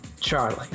Charlie